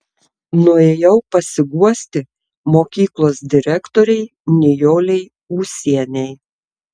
nuėjau pasiguosti mokyklos direktorei nijolei ūsienei